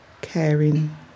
caring